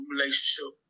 relationship